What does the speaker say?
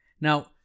Now